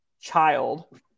child